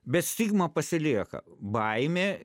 bet stigma pasilieka baimė